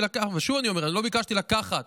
ושוב אני אומר, אני לא ביקשתי לקחת